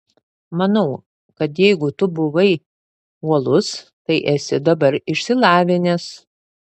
manau kad jeigu tu buvai uolus tai esi dabar išsilavinęs